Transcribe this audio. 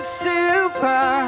super